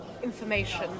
information